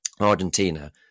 Argentina